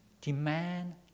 Demand